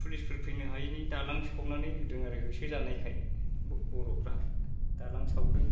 पुलिसफोर फैनो हायैनि दालां सावनानै होदों आरो होसो जानायखाय बर'फ्रा दालां सावदों